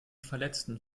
verletzten